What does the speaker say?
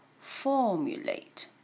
formulate